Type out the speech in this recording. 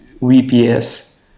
VPS